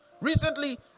Recently